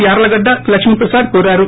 యార్లగడ్ల లక్ష్మిప్రసాద్ కోరారు